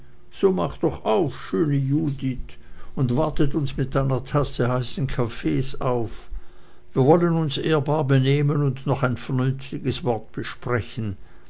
so macht doch auf schöne judith und wartet uns mit einer tasse heißen kaffees auf wir wollen uns ehrbar benehmen und noch ein vernünftiges wort sprechen